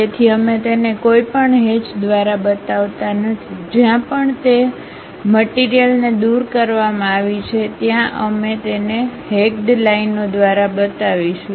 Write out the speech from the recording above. તેથી અમે તેને કોઈપણ હેચ દ્વારા બતાવતા નથી જ્યાં પણ તે મટીરીયલને દૂર કરવામાં આવી છે ત્યાં અમે તેને હેક્ડ લાઇનો દ્વારા બતાવીશું